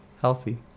healthy